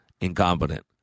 incompetent